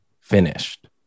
finished